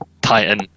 titan